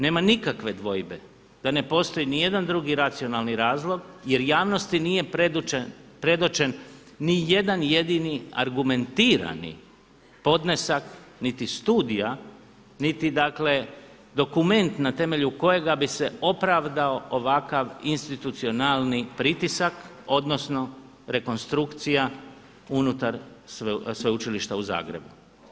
Nema nikakve dvojbe da ne postoji ni jedan drugi racionalni razlog jer javnosti nije predočen ni jedan jedini argumentirani podnesak niti studija, niti dakle dokument na temelju kojega bi se opravdao ovakav institucionalni pritisak, odnosno rekonstrukcija unutar Sveučilišta u Zagrebu.